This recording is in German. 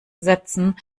setzen